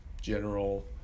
general